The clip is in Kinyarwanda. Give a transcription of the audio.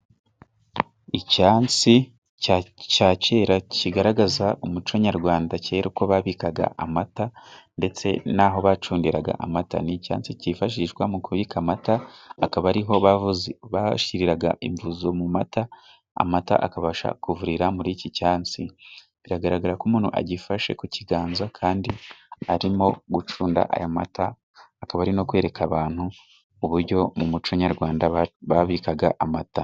Icyansi cya kera kigaragaza umuco nyarwanda， kera uko babikaga amata ndetse n'aho bacundiraga amata，ni icyansi kifashishwa mu kubika amata， akaba ariho bashyiriraga imvuzo mu mata， amata akabasha kuvurira muri icyo cyansi，biragaragara ko umuntu agifashe ku kiganza kandi arimo gucunda aya mata， akaba ari no kwereka abantu uburyo mu muco nyarwanda babikaga amata.